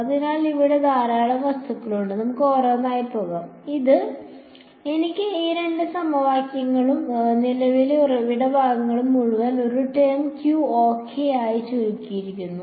അതിനാൽ ഇവിടെ ധാരാളം വസ്തുക്കൾ നമുക്ക് ഓരോന്നായി പോകാം എനിക്ക് ഈ രണ്ട് സമവാക്യങ്ങളുണ്ട് നിലവിലെ ഉറവിട ഭാഗം മുഴുവൻ ഒരു ടേം Q OK ആയി ചുരുക്കിയിരിക്കുന്നു